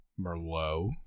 Merlot